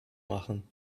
machen